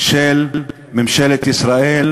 של ממשלת ישראל,